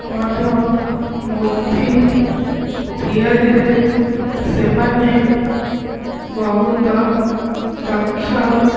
ମଧ୍ୟ ମୂର୍ତ୍ତି ତିଆରିରେ ସେମାନେ ବହୁତ ଦକ୍ଷ